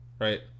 right